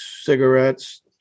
cigarettes